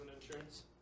insurance